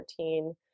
2014